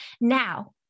now